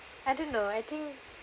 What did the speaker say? I don't know I think